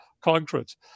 concrete